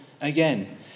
again